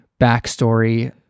backstory